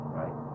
right